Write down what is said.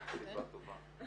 שהחלטה עד הפסקת הריון